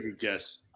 guess